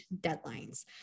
deadlines